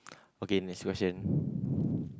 okay next question